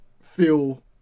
feel